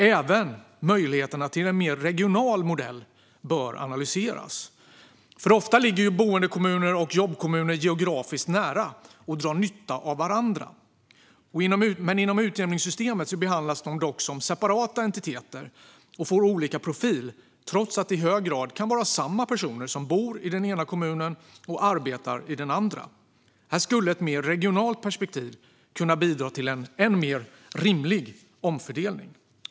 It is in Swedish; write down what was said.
Även möjligheterna till en mer regional modell bör analyseras. Ofta ligger ju boendekommuner och jobbkommuner geografiskt nära varandra och drar nytta av varandra. Inom utjämningssystemet behandlas de dock som separata entiteter och får olika profiler trots att det i hög grad kan vara så att personer som bor i den ena kommunen arbetar i den andra. Här skulle ett mer regionalt perspektiv kunna bidra till en mer rimlig omfördelning.